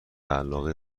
علاقه